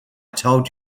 told